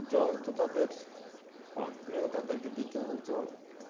জল তো তাদের কন্টিনিউ তাদেরকে দিতে হয় জল